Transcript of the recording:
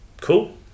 cool